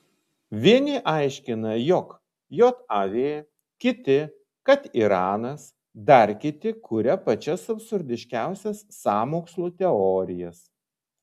vieni aiškina jog jav kiti kad iranas dar kiti kuria pačias absurdiškiausias sąmokslų teorijas